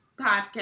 podcast